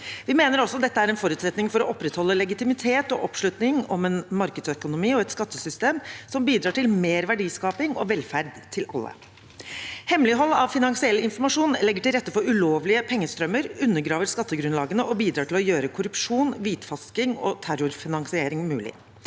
Vi mener også at dette er en forutsetning for å opprettholde legitimitet og oppslutning om en markedsøkonomi og et skattesystem som bidrar til mer verdiskaping og velferd til alle. Hemmelighold av finansiell informasjon legger til rette for ulovlige pengestrømmer, undergraver skattegrunnlagene og bidrar til å gjøre korrupsjon, hvitvasking og terrorfinansiering mulig.